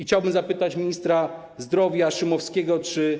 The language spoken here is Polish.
Chciałbym też zapytać ministra zdrowia Szumowskiego, czy.